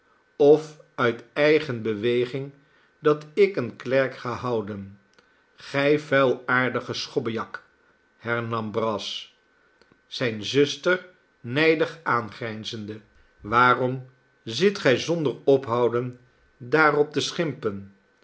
of uit eigen beweging dat ik een klerk ga houden gij vuilaardige schobbejak hernam brass zijne zuster nijdig aangrijnzende waarom zit gij zonder ophouden daarop te schimpen